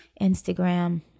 Instagram